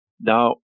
Now